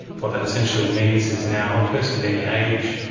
what that essentially means is now a person of any age,